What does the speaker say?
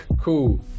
cool